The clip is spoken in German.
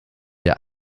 der